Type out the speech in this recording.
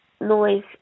noise